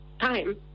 time